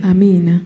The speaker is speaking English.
Amen